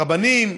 רבנים,